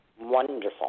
Wonderful